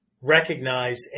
recognized